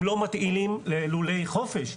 הם לא מתאימים ללולי חופש,